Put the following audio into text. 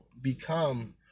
become